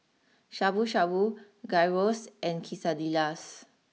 Shabu Shabu Gyros and Quesadillas